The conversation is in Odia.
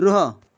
ରୁହ